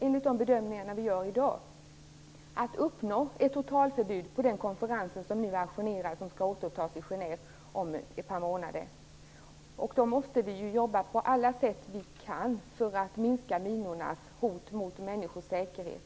Enligt de bedömningar som görs i dag kommer vi inte att uppnå ett totalförbud på den konferens som nu är ajournerad och som skall återupptas i Genève om ett par månader. Därför måste vi jobba på alla sätt vi kan för att minska minornas hot mot människors säkerhet.